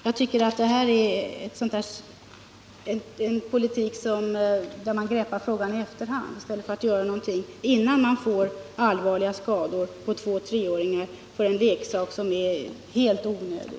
Jag tycker detta är en politik, där man greppar frågan i efterhand i stället för att göra något innan man får allvarliga skador på två-treåringar — av en leksak som är helt onödig.